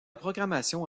programmation